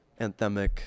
anthemic